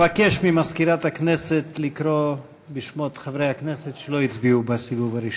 אבקש ממזכירת הכנסת לקרוא בשמות חברי הכנסת שלא הצביעו בסיבוב הראשון.